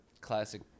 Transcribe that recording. classic